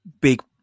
big